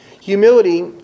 Humility